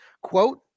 quote